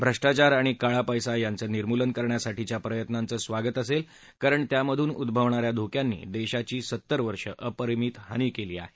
भ्रष्टाचार आणि काळा पैसा यांचं निमूर्लन करण्यासाठीच्या प्रयत्त्नाचं स्वागत असेल कारण त्यामधून उद्भवणाऱ्या धोक्यांनी देशाची सत्तर वर्षे अपरिमित हानी केली आहे